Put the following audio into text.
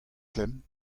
klemm